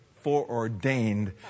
foreordained